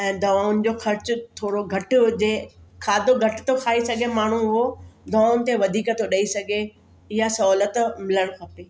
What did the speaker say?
ऐं दवाउनि जो ख़र्चु थोरो घटि हुजे खाधो घटि थो खाई सघे माण्हू उहो दवाउनि ते वधीक थो ॾेई सघे इहा सहुलियत मिलणु खपे